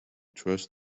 trust